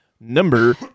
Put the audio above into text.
Number